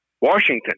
Washington